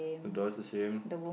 the door is the same